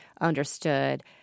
understood